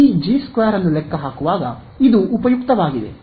ಈ ಜಿ 2 ಅನ್ನು ಲೆಕ್ಕಹಾಕುವಾಗ ಇದು ಉಪಯುಕ್ತವಾಗಿದೆ